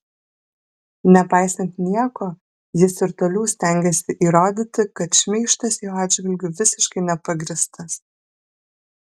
nepaisant nieko jis ir toliau stengiasi įrodyti kad šmeižtas jo atžvilgiu visiškai nepagrįstas